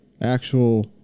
actual